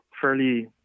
fairly